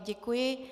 Děkuji.